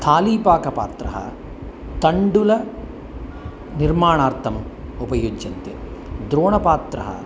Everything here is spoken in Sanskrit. स्थालीपाकपात्रं तण्डुलनिर्माणार्थम् उपयुज्यते द्रोणीपात्रम्